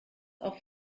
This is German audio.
auf